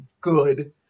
good